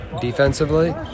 defensively